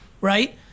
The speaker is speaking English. right